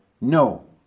No